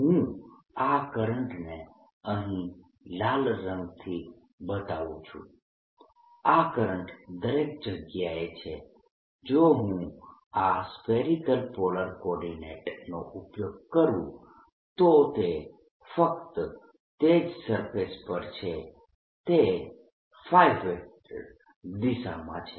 હું આ કરંટને અહીં લાલ રંગથી બતાવું છું આ કરંટ દરેક જગ્યાએ છે જો હું આ સ્ફેરીકલ પોલાર કોર્ડીનેટસ નો ઉપયોગ કરું તો તે ફક્ત તે જ સરફેસ પર છે તે દિશામાં છે